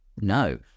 No